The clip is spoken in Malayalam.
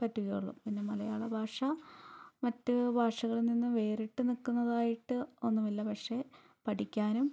പറ്റുകയുള്ളൂ പിന്നെ മലയാള ഭാഷ മറ്റു ഭാഷകളിൽ നിന്ന് വേറിട്ട് നിൽക്കുന്നതായിട്ട് ഒന്നുമില്ല പക്ഷേ പഠിക്കാനും